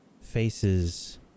Faces